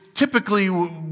typically